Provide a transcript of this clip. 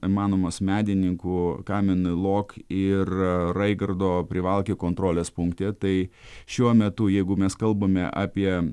įmanomas medininkų kameny log ir raigardo privalki kontrolės punkte tai šiuo metu jeigu mes kalbame apie